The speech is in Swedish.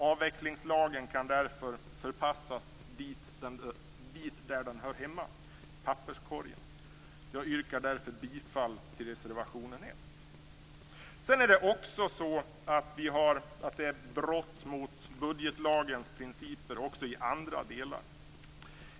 Avvecklingslagen kan därför förpassas dit där den hör hemma - i papperskorgen. Jag yrkar därför bifall till reservation 1. Det är ett brott mot budgetlagens principer också i andra delar.